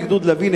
לוחם בגדוד לביא,